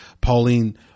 Pauline